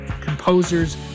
composers